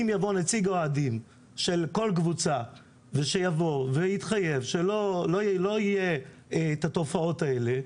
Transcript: אם יבוא נציג אוהדים של כל קבוצה ויתחייב שלא יהיה את התופעות האלה,